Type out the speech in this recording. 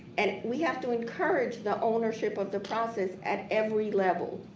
and we have to encourage the ownership of the process at every level.